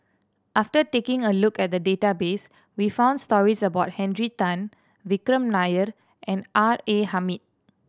after taking a look at the database we found stories about Henry Tan Vikram Nair and R A Hamid